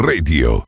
Radio